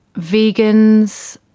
vegans,